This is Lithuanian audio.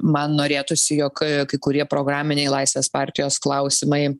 man norėtųsi jog kai kurie programiniai laisvės partijos klausimai